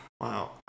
Wow